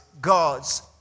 God's